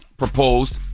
Proposed